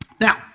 Now